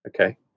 Okay